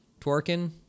twerking